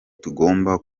tugomba